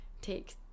take